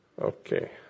Okay